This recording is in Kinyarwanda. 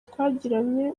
twagiranye